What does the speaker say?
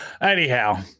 Anyhow